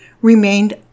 remained